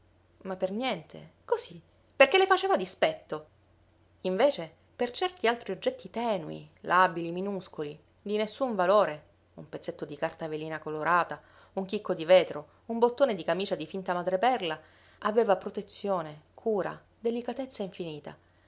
ma per niente così perché le faceva dispetto invece per certi altri oggetti tenui labili minuscoli di nessun valore un pezzetto di carta velina colorata un chicco di vetro un bottone di camicia di finta madreperla aveva protezione cura delicatezza infinita